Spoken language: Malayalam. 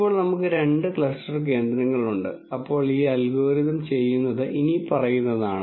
ഇപ്പോൾ നമുക്ക് രണ്ട് ക്ലസ്റ്റർ കേന്ദ്രങ്ങളുണ്ട് അപ്പോൾ ഈ അൽഗോരിതം ചെയ്യുന്നത് ഇനിപ്പറയുന്നതാണ്